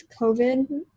COVID